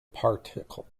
particle